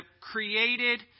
created